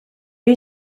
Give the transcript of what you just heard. you